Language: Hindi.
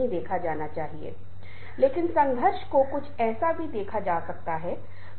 और हमने शुरुआत में इस तरह के संदर्भ और अवधारणा को सही बताया